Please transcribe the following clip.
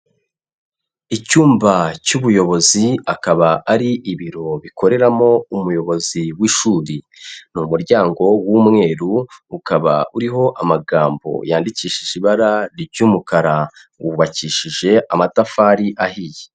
Icyumba cy'ubuyobozi akaba ari ibiro bikoreramo umuyobozi w'ishuri. Ni umuryango w'umweru, ukaba uriho amagambo yandikishije ibara ry'umukara, wubakishije amatafari ahiye.